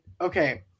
okay